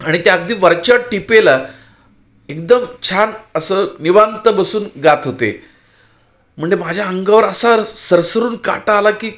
आणि ते अगदी वरच्या टिपेला एकदम छान असं निवांत बसून गात होते म्हणजे माझ्या अंगावर असा सरसरून काटा आला की